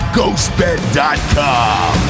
GhostBed.com